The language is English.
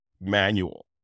manual